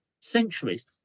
centuries